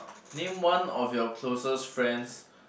name one of your closest friends